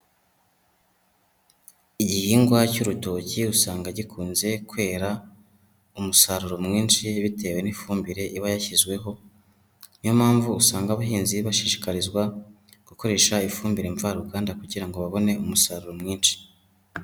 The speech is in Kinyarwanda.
Igihingwa cy'urutoki usanga gikunze kwera, umusaruro mwinshi bitewe n'ifumbire iba yashyizweho, ni yo mpamvu usanga abahinzi bashishikarizwa, gukoresha ifumbire mvaruganda kugira ngo babone umusaruro mwinshi.